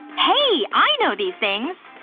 hey, i know these things!